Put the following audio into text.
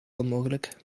onmogelijk